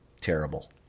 Terrible